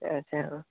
ᱟᱪᱪᱷᱟ ᱚ